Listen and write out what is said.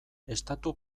estatu